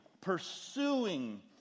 pursuing